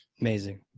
Amazing